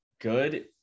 good